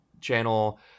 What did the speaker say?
channel